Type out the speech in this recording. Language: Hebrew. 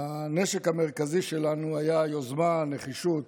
הנשק המרכזי שלנו היה היוזמה, הנחישות